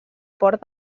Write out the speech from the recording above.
port